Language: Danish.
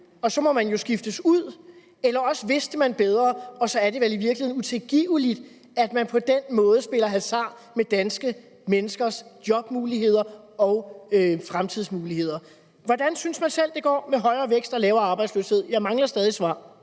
og så må man jo skiftes ud, eller også vidste man bedre, og så er det vel i virkeligheden utilgiveligt, at man på den måde spiller hasard med danske menneskers jobmuligheder og fremtidsmuligheder. Hvordan synes man selv det går med at få højere vækst og lavere arbejdsløshed? Jeg mangler stadig svar.